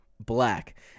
Black